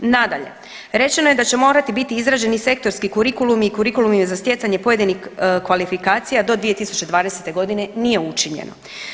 Nadalje, rečeno je da će morati biti izrađeni sektorski kurikulumi i kurikulumi za stjecanje pojedinih kvalifikacija do 2020. godine nije učinjeno.